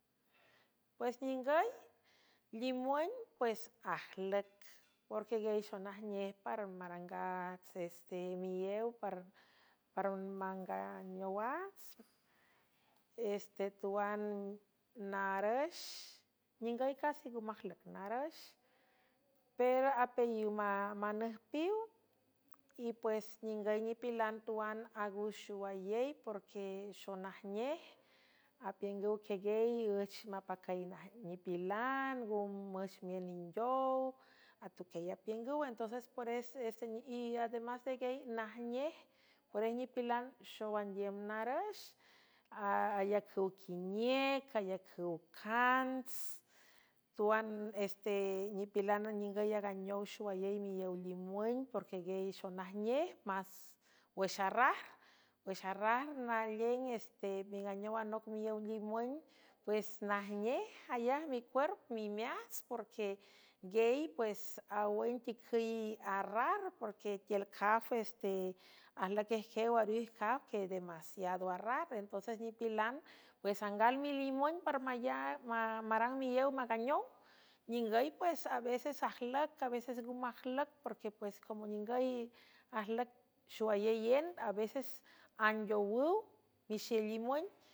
Pues ningüy limüen pues ajüc porqueguieyxonajnej parmarangaats este miíéw parmanganeowats estetuan arüx ningüy casi ngo majlüc narüx per apeayiw manüjpiw y pues ningüy nipilan tuan agüw xowayey porque xonajnej apiüngüw quieguey üch mapacüy nipilan ngo müch miün indeow atuquiey apiüngüw entonces ademas neguiey najnej puerej nipilan xowandiüm narüx ayacüw quiniec ayacüw cants tuaneste nipilan ningüy aganeow xoayey miíow limün porque guiey xonajnej ás wexarrar wüx arrar naleing este menganeow anoc miiow limün pues najnej ayaj micuerp mimeats porque guiey pues awün ticüy arrar porque tiül caf este ajlüquejew arwij caf que demasiado arrar entonces nipilan pues angal milimon parmarang miíéw mangañeow ningüy pues a veces ajlüc a veces nga majlüc porque pues como ningüy ajüc xoayel end a veces andeowüw mixellimün.